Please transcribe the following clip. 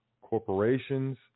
corporations